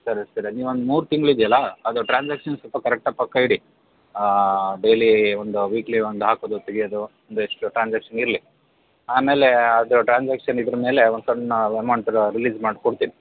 ಸರಿ ಸರಿ ನೀವೊಂದು ಮೂರು ತಿಂಗಳು ಇದೆಯಲ್ಲ ಅದು ಟ್ರಾನ್ಸಾಕ್ಷನ್ಸ್ ಸ್ವಲ್ಪ ಕರೆಕ್ಟಾಗಿ ಪಕ್ಕಾ ಇಡಿ ಡೈಲಿ ಒಂದು ವೀಕ್ಲಿ ಒಂದು ಹಾಕೋದು ತೆಗಿಯೋದು ಒಂದಿಷ್ಟು ಟ್ರಾನ್ಸಾಕ್ಷನ್ ಇರಲಿ ಆಮೇಲೆ ಅದು ಟ್ರಾನ್ಸಾಕ್ಷನ್ ಇದರ ಮೇಲೆ ಒಂದು ಸಣ್ಣ ಅಮೌಂಟ್ ರಿಲೀಸ್ ಮಾಡಿಕೊಡ್ತೀನಿ